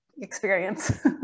experience